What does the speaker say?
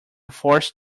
forced